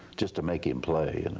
just to make him play. and